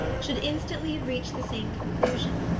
should instantly have reached the same conclusion!